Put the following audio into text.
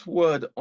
word